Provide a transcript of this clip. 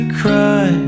cry